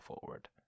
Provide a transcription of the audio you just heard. forward